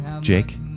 Jake